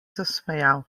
zasmejal